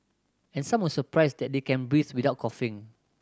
and some were surprised that they can breathe without coughing